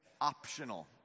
Optional